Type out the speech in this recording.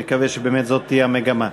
נקווה שבאמת זו תהיה המגמה.